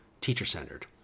teacher-centered